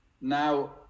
Now